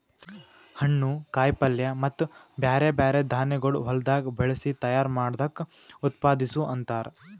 ಹಣ್ಣು, ಕಾಯಿ ಪಲ್ಯ ಮತ್ತ ಬ್ಯಾರೆ ಬ್ಯಾರೆ ಧಾನ್ಯಗೊಳ್ ಹೊಲದಾಗ್ ಬೆಳಸಿ ತೈಯಾರ್ ಮಾಡ್ದಕ್ ಉತ್ಪಾದಿಸು ಅಂತಾರ್